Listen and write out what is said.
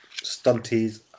stunties